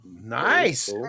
nice